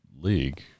league